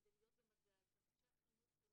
כדי להיות במגע איתם,